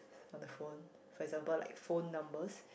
on the phone for example like phone numbers